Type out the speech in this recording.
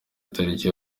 itariki